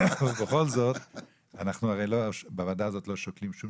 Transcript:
בכל זאת אנחנו הרי בוועדה הזאת לא שוקלים שום